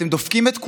אתם דופקים את כולם.